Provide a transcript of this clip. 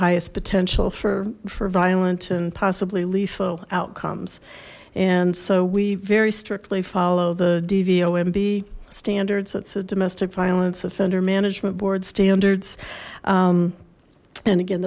highest potential for for violent and possibly lethal outcomes and so we very strictly follow the dv omb standards that's a domestic violence offender management board standards and again